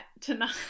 Tonight